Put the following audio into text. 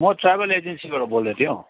म ट्राभल एजेन्सीबाट बोल्दै थिएँ हौ